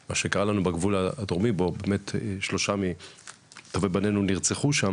מה שקרה לנו בגבול הדרומי שבו באמת 3 מטובי בנינו נרצחו שם: